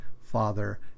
Father